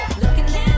looking